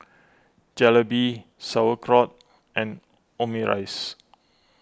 Jalebi Sauerkraut and Omurice